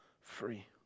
free